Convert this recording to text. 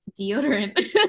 deodorant